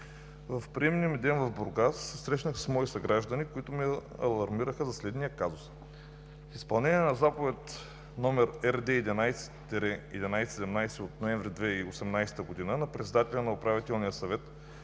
В приемния ми ден в Бургас се срещнах с мои съграждани, които ме алармираха за следния казус. В изпълнение на Заповед № РД-11-1117 от месец ноември 2018 г. на председателя на Управителния съвет